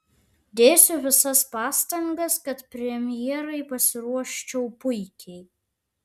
dėsiu visas pastangas kad premjerai pasiruoščiau puikiai